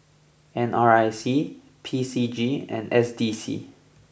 N R I C P C G and S D C